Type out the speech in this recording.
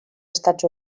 estats